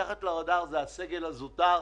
מתחת לרדאר היא הסגל הזוטר.